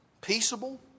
peaceable